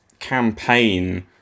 campaign